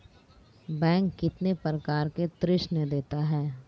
Bank कितने प्रकार के ऋण देता है?